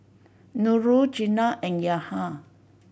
Nurul Jenab and Yahya